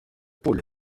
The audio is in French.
pôle